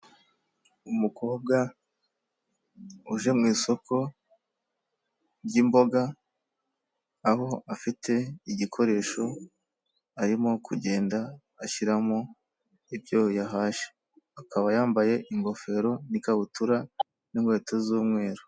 Umukobwa uje mu isoko ry'imboga aho afite igikoresho arimo kugenda ashyiramo ibyo yahashye akaba yambaye ingofero n'ikabutura, n'inkweto z'umweru.